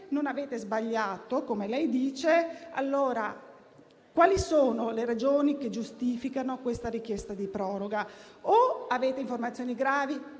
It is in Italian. non avete sbagliato - come lei dice - quali sono le ragioni che giustificano la richiesta di proroga? O avete informazioni gravi,